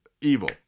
evil